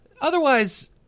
otherwise